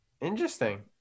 Interesting